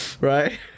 right